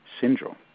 syndrome